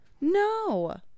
no